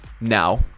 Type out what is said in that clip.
Now